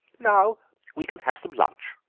now we can have some lunch,